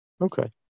Okay